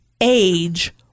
age